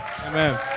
Amen